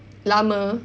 lama